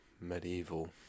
medieval